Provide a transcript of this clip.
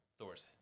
Thor's